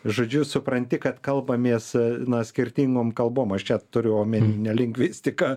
žodžiu supranti kad kalbamės na skirtingom kalbom aš čia turiu omeny ne lingvistiką